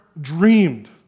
dreamed